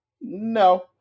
no